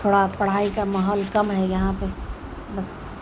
تھوڑا پڑھائی کا ماحول کم ہے یہاں پہ بس